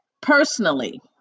personally